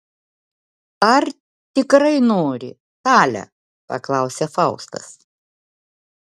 ar tikrai nori tale paklausė faustas